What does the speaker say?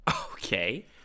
Okay